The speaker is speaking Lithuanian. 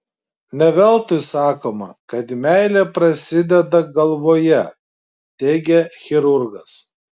ne veltui sakoma kad meilė prasideda galvoje teigia chirurgas